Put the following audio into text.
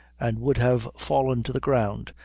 and would have fallen to the ground,